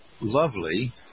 lovely